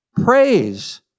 praise